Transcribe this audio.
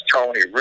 Tony